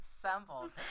assembled